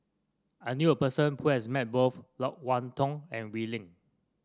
I knew a person who has met both Loke Wan Tho and Wee Lin